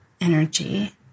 energy